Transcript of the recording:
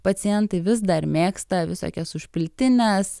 pacientai vis dar mėgsta visokias užpiltines